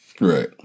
Right